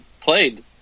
played